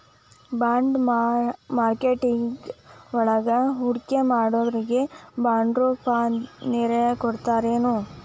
Bond marketing ವಳಗ ಹೂಡ್ಕಿಮಾಡ್ದೊರಿಗೆ ಬಾಂಡ್ರೂಪ್ದಾಗೆನರ ಕೊಡ್ತರೆನು?